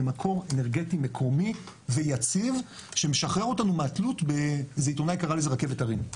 כמקור אנרגטי מקומי ויציב שמשחרר אותנו מהתלות ב- -- רכבת הרים.